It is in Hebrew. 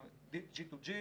G to G,